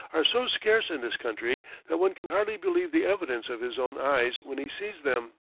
are so scarce in this country that one can hardly believe the evidence of his own eyes when he sees them.